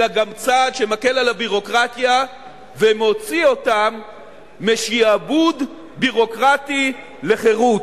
אלא גם צעד שמקל את הביורוקרטיה ומוציא אותם משעבוד ביורוקרטי לחירות.